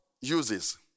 uses